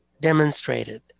demonstrated